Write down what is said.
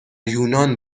یونان